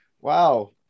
Wow